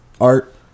art